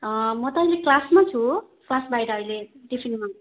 म त अहिले क्लासमा छु क्लास बाहिर अहिले टिफिनमा